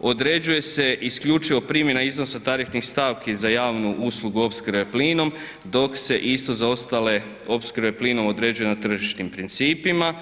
određuje se isključivo primjena iznosa tarifnih stavki za javnu uslugu opskrbe plinom dok se isto za ostale opskrbe plinom određuje na tržišnim principima.